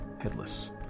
headless